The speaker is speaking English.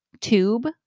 tube